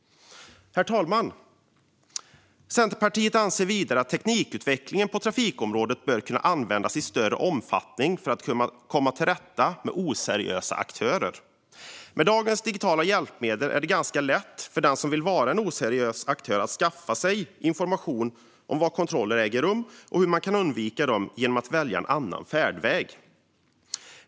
Herr talman! Centerpartiet anser vidare att teknikutvecklingen på trafikområdet bör kunna utnyttjas i större omfattning för att komma till rätta med oseriösa aktörer. Med dagens digitala hjälpmedel är det ganska lätt för den som vill vara en oseriös aktör att skaffa sig information om var kontroller äger rum och hur man kan undvika dem genom att välja annan färdväg.